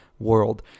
world